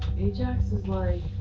ajax is like.